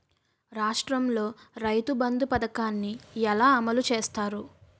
రాష్ట్రంలో రైతుబంధు పథకాన్ని ఎలా అమలు చేస్తారు?